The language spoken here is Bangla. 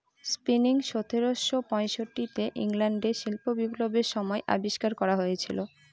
স্পিনিং সতেরোশো পয়ষট্টি তে ইংল্যান্ডে শিল্প বিপ্লবের সময় আবিষ্কার করা হয়েছিল